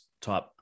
type